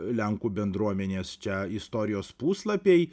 lenkų bendruomenės čia istorijos puslapiai